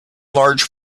large